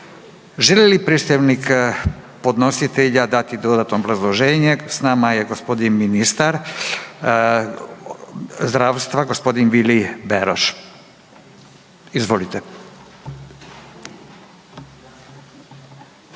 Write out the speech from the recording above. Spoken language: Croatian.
Želi li predstavnik podnositelja dati dodatno obrazloženje? S nama je g. ministar zdravstva, g. Vili Beroš, izvolite.